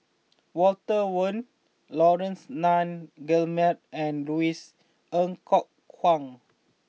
Walter Woon Laurence Nunns Guillemard and Louis Ng Kok Kwang